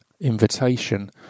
invitation